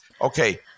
Okay